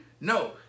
No